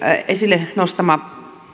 esille nostama